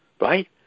right